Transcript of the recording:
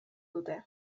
dute